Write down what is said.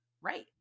right